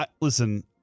listen